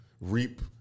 reap